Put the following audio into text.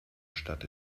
stadt